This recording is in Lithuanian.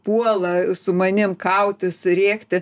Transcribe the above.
puola su manimi kautis rėkti